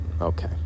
Okay